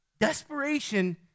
Desperation